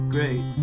Great